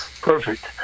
Perfect